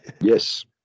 Yes